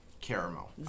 caramel